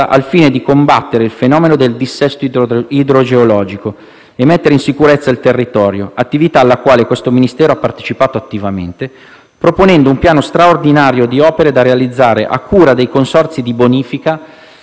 e mettere in sicurezza il territorio, attività alla quale questo Ministero ha partecipato attivamente proponendo un piano straordinario di opere da realizzare a cura dei consorzi di bonifica e dei diversi soggetti cui è affidata la gestione delle superfici forestali,